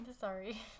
Sorry